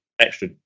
extra